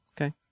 Okay